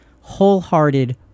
wholehearted